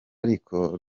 ariko